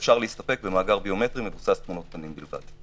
ואפשר להסתפק במאגר ביומטרי מבוסס על תמונות פנים בלבד.